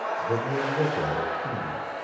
the man looked at her keenly,